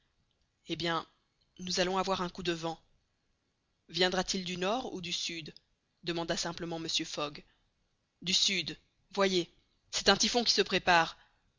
eh bien nous allons avoir un coup de vent viendra-t-il du nord ou du sud demanda simplement mr fogg du sud voyez c'est un typhon qui se prépare